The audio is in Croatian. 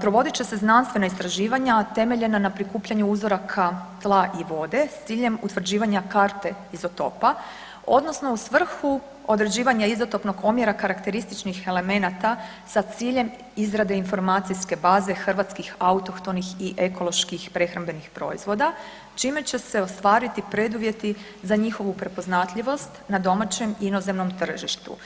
provodit će se znanstvena istraživanja temeljena na prikupljanju uzoraka tla i vode s ciljem utvrđivanja karte izotopa odnosno u svrhu određivanja izotopnog omjera karakterističnih elemenata sa ciljem izrade informacijske baze hrvatskih autohtonih i ekoloških prehrambenih proizvoda čime će se ostvariti preduvjeti za njihovu prepoznatljivost na domaćem i inozemnom tržištu.